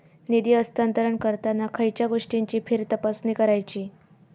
निधी हस्तांतरण करताना खयच्या गोष्टींची फेरतपासणी करायची?